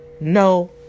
no